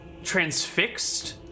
transfixed